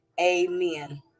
amen